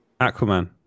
Aquaman